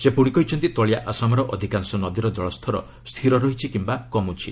ସେ ପୁଣି କହିଛନ୍ତି ତଳିଆ ଆସାମର ଅଧିକାଂଶ ନଦୀର ଜଳସ୍ତର ସ୍ଥିର ରହିଛି କିୟା କମୁଛି